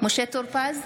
משה טור פז,